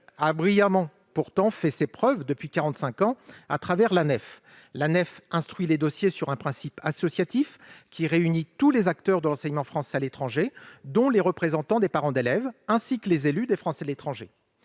brillamment fait ses preuves depuis 45 ans. L'Anefe instruit les dossiers selon un principe associatif, qui réunit tous les acteurs de l'enseignement français à l'étranger, dont les représentants des parents d'élèves et les élus des Français de l'étranger.